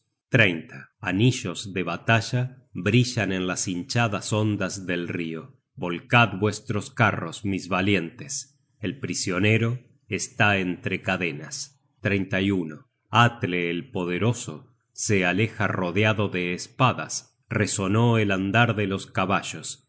asios anillos de batalla brillan en las hinchadas ondas del rio volcad vuestros carros mis valientes el prisionero está entre cadenas atle el poderoso se aleja rodeado de espadas resonó el andar de los caballos